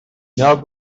now